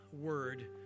word